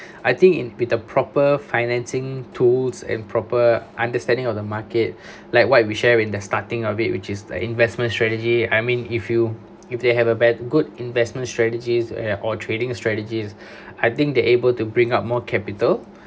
I think in with the proper financing tools and proper understanding of the market like what we share in the starting of it which is the investment strategy I mean if you if they have a bad good investment strategies and all trading strategies I think they're able to bring up more capital